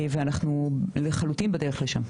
ואנחנו לחלוטין בדרך לשם.